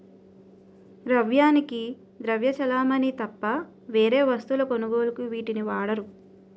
ద్రవ్యానికి ద్రవ్య చలామణి తప్ప వేరే వస్తువుల కొనుగోలుకు వీటిని వాడరు